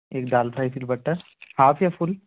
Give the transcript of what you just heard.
एक dal fry with butter half या full